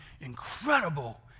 incredible